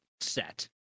set